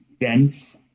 dense